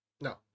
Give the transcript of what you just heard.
No